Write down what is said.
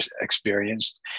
experienced